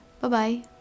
Bye-bye